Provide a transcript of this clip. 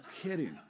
kidding